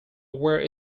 where